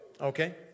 Okay